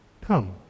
Come